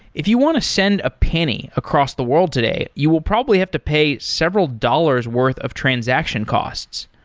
if you want to send a penny across the world today, you will probably have to pay several dollars' worth of transactions costs.